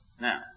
Now